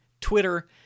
Twitter